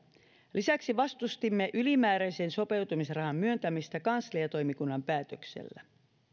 lisäksi vastustimme ylimääräisen sopeutumisrahan myöntämistä kansliatoimikunnan päätöksellä